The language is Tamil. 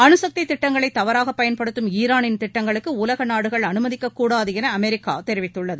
அணுசக்தித் திட்டங்களை தவறாகப் பயன்படுத்தும் ஈரானின் திட்டங்களுக்கு உலக நாடுகள் அனுமதிக்கக் கூடாது என அமெரிக்கா தெரிவித்துள்ளது